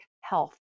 health